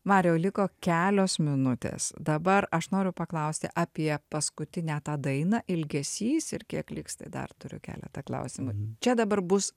mariau liko kelios minutės dabar aš noriu paklausti apie paskutinę tą dainą ilgesys ir kiek liks tai dar turiu keletą klausimų čia dabar bus